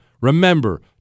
Remember